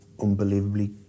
unbelievably